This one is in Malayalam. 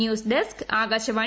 news desk Akashvani